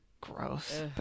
gross